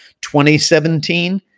2017